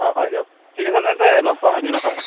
অ হয় দিয়ক ঠিক আছে তেন্তে লগ পাম সেইদিনাখন